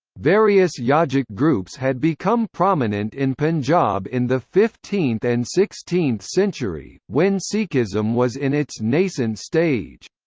various yogic groups had become prominent in punjab in the fifteenth and sixteenth century, when sikhism was in its nascent stage.